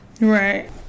Right